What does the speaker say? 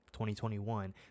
2021